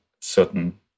certain